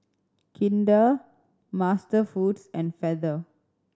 Kinder MasterFoods and Feather